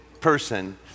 person